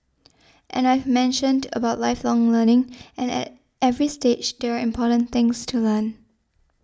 and I've mentioned about lifelong learning and at every stage there are important things to learn